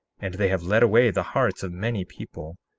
and they have led away the hearts of many people,